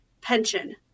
pension